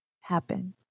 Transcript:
happen